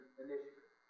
initiative